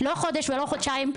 לא חודש ולא חודשיים,